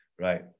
Right